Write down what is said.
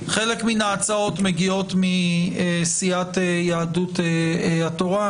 חלק מן ההצעות מגיעות מסיעת יהדות התורה,